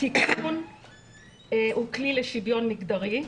התיקון הוא כלי לשוויון מגדרי,